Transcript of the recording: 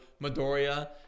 Midoriya